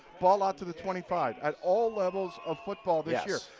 ball out to the twenty five at all levels of football this year.